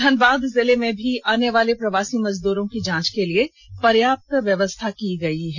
धनबाद जिले में आनेवाले प्रवासी मजदूरों की जांच के लिए पर्याप्त व्यवस्था की गई है